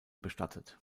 bestattet